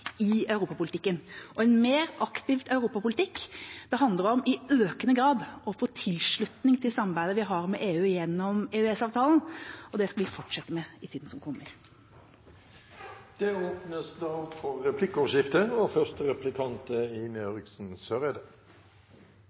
i europapolitikken. En mer aktiv europapolitikk handler om i økende grad å få tilslutning til det samarbeidet vi har med EU gjennom EØS-avtalen, og det skal vi fortsette med i tida som kommer. Det